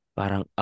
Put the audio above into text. parang